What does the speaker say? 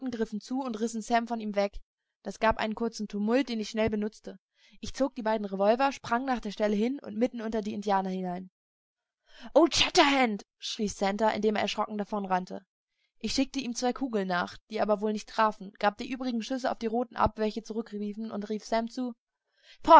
zu und rissen sam von ihm weg das gab einen kurzen tumult den ich schnell benutzte ich zog die beiden revolver sprang nach der stelle hin und mitten unter die indianer hinein old shatterhand schrie santer indem er erschrocken davonrannte ich schickte ihm zwei kugeln nach die aber wohl nicht trafen gab die übrigen schüsse auf die roten ab welche zurückwichen und rief sam zu